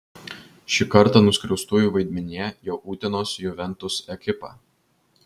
šį kartą nuskriaustųjų vaidmenyje jau utenos juventus ekipa